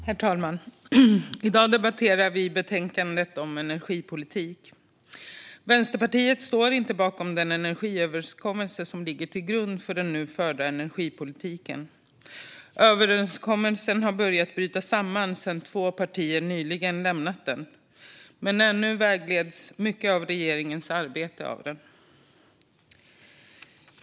Herr talman! I dag debatterar vi betänkandet om energipolitik. Vänsterpartiet står inte bakom den energiöverenskommelse som ligger till grund för den nu förda energipolitiken. Överenskommelsen har börjat bryta samman sedan två partier nyligen lämnat den, men ännu vägleds mycket av regeringens arbete av den.